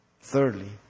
Thirdly